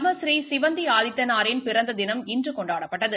பத்மஸ்ரீ சிவந்தி ஆதித்தனாரின் பிறந்த தினம் இன்று கொண்டாடப்பட்டது